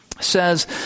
says